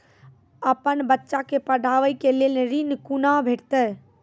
अपन बच्चा के पढाबै के लेल ऋण कुना भेंटते?